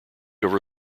over